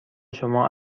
شما